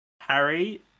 Harry